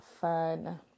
fun